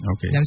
Okay